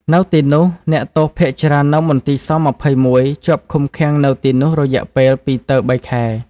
នៅទីនោះ អ្នកទោសភាគច្រើននៅមន្ទីរស-២១ ជាប់ឃុំឃាំងនៅទីនោះរយៈពេលពីរទៅបីខែ។